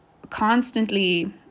constantly